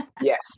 Yes